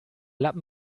lappen